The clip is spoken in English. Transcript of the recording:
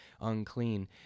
unclean